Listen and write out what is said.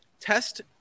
test